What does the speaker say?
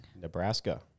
Nebraska